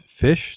fish